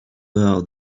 were